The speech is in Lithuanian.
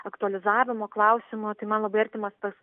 aktualizavimo klausimo tai man labai artimas tas